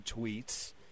tweets